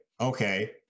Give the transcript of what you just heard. okay